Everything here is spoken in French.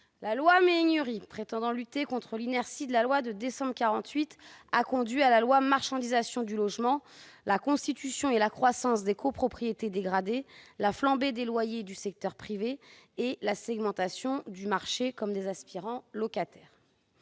La loi Méhaignerie, qui prétendait lutter contre l'inertie de la loi de décembre 1948, a conduit à la marchandisation du logement, la constitution et la croissance des copropriétés dégradées, la flambée des loyers du secteur privé et la segmentation du marché, comme des aspirants locataires.